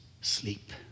sleep